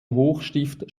hochstift